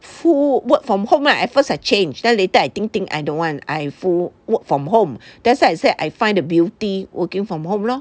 full work from home ah at first I changed then later I think think I don't want I full work from home that's why I said I find the beauty working from home lor